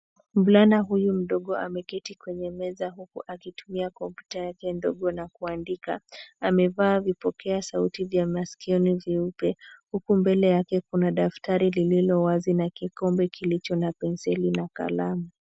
Mvulana huyu mdogo ameketi kwenye meza huku akitumia kompyuta yake ndogo na kuandika. Amevaa vipokea sauti vya masikioni vyeupe huku mbele yake kuna daftari lililo wazi na kikombe kilicho na penseli na kalamu.